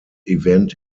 event